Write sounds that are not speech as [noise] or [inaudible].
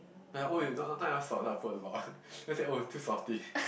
oh not not enough salt then I put a lot [laughs] then oh it's too salty